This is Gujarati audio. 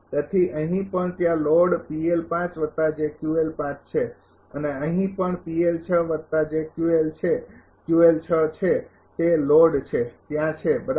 તેથી અહીં પણ ત્યાં લોડ છે અને અહીં પણ તે લોડ છે ત્યાં છે બરાબર